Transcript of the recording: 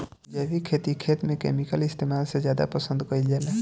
जैविक खेती खेत में केमिकल इस्तेमाल से ज्यादा पसंद कईल जाला